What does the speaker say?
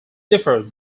differed